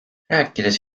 rääkides